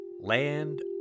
Land